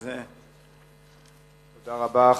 תודה רבה.